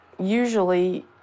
Usually